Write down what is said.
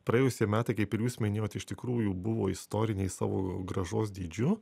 praėjusie metai kaip ir jūs minėjot iš tikrųjų buvo istoriniai savo grąžos dydžiu